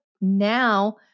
now